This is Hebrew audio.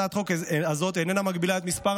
הצעת החוק הזאת איננה מגבילה את מספר